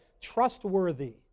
trustworthy